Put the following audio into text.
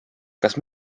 kas